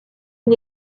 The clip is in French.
une